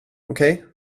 okej